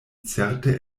certe